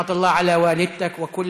רחמי האל על אימא שלך ועל